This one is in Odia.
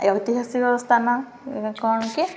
ଐତିହାସିକ ସ୍ଥାନ କ'ଣ କି